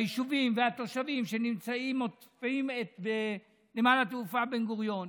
היישובים והתושבים שנמצאים בסמיכות לנמל התעופה בן-גוריון,